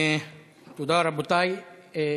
תודה, רבותי.